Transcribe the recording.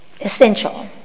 Essential